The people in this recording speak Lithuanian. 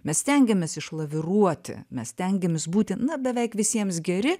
mes stengiamės išlaviruoti mes stengiamės būti na beveik visiems geri